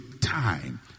time